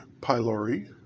pylori